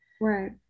Right